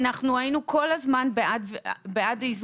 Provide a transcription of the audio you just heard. אנחנו היינו כל הזמן בעד האיזונים.